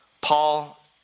Paul